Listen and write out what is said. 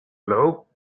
blow